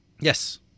Yes